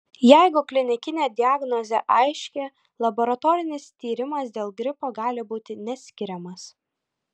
jeigu klinikinė diagnozė aiški laboratorinis tyrimas dėl gripo gali būti neskiriamas